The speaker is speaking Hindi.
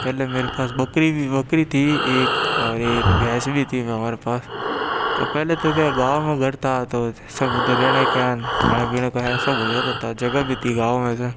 पहले मेरा पास बकरी भी बकरी थी एक और एक भैंस भी थी हमारे पास पहले तो क्या गाँव में घर था तो सब उधर रहने का खाने पीने का है सब हो जाता था जगह भी थी गाँव में ऐसे